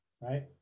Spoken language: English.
right